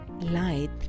light